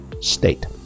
state